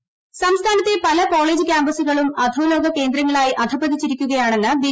കൃഷ്ണദാസ് സംസ്ഥാനത്തെ പല കോളേജ് ്രകാമ്പസുകളും അധോലോക കേന്ദ്രങ്ങളായി അധപതിച്ചിരീക്കുകയാണെന്ന് ബി